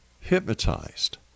hypnotized